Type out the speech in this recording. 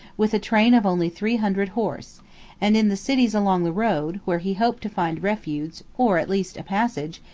with a train of only three hundred horse and, in the cities along the road, where he hoped to find refuge, or at least a passage,